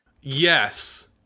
Yes